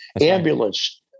Ambulance